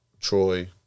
Troy